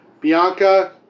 Bianca